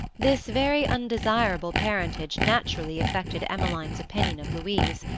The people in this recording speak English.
this very undesirable parentage naturally affected emmeline's opinion of louise,